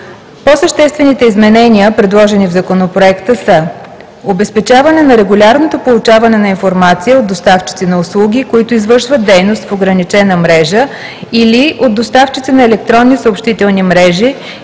По-съществените изменения, предложени в Законопроекта, са: - Обезпечаване на регулярното получаване на информация от доставчици на услуги, които извършват дейност в ограничена мрежа, или от доставчици на електронни съобщителни мрежи